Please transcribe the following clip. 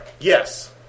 Yes